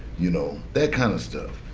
you know, that kind of stuff.